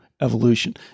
evolution